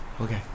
Okay